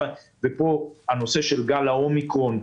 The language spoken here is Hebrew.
פה הנושא של גל האומיקרון,